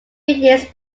years